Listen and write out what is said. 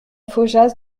faujas